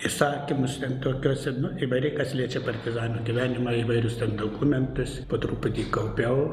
įsakymus ten tokiose nu įvairiai kas liečia partizano gyvenimą įvairius ten dokumentus po truputį kaupiau